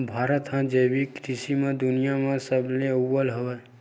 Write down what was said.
भारत हा जैविक कृषि मा दुनिया मा सबले अव्वल हवे